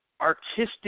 artistic